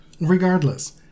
Regardless